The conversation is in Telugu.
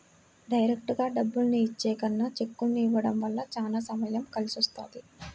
డైరెక్టుగా డబ్బుల్ని ఇచ్చే కన్నా చెక్కుల్ని ఇవ్వడం వల్ల చానా సమయం కలిసొస్తది